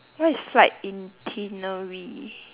what is flight itinerary